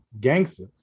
gangster